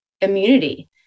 immunity